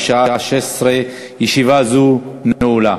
בשעה 16:00. ישיבה זו נעולה.